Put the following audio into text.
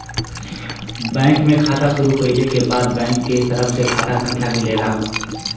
bank में खाता शुरू कइले क बाद बैंक के तरफ से खाता संख्या मिलेला